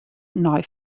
nei